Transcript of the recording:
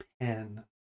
pen